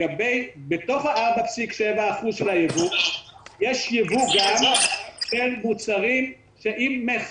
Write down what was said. בתוך ה-4.7% של הייבוא יש גם ייבוא של מוצרים עם מכס.